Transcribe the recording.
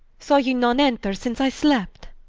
saw ye none enter since i slept?